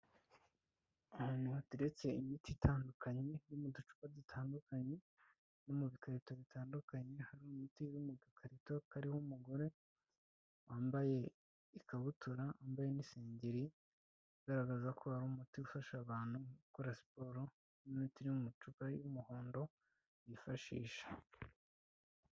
Ahantu hateretse imiti itandukanye, iri mu ducupa dutandukanye no mu bikarito bitandukanye, hari umuti wo mu gakarito kariho umugore wambaye ikabutura, wambaye n'isengeri igaragaza ko hari umuti ufasha abantu gukora siporo, ni imiti irimu macupa y'umuhondo yifashisha.